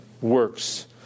works